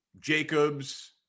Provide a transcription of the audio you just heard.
Jacobs